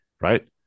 right